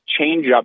changeup